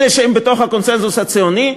אלה שהם בתוך הקונסנזוס הציוני,